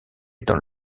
dans